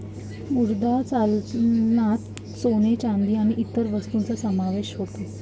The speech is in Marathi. मुद्रा चलनात सोने, चांदी आणि इतर वस्तूंचा समावेश होतो